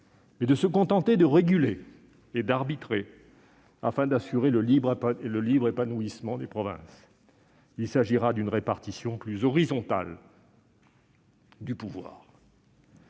mais de se contenter de réguler et d'arbitrer, afin d'assurer le libre épanouissement des provinces. Il s'agira d'une répartition plus horizontale du pouvoir.